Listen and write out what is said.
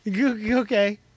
Okay